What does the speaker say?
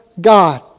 God